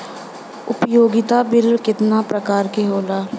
उपयोगिता बिल केतना प्रकार के होला?